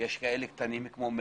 צווים ותקנות שהעברתם לנו,